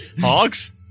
hogs